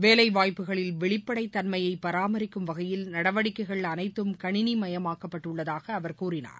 வேலைவாய்ப்புகளில் வெளிப்படைத் தன்மையை பராமிக்கும் வகையில் நடவடிக்கைள் அனைத்தும் கணினிமயமாக்கப்பட்டுள்ளதாக அவர் கூறினார்